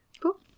Cool